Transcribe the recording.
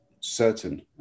certain